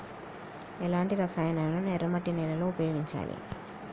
ఎలాంటి రసాయనాలను ఎర్ర మట్టి నేల లో ఉపయోగించాలి?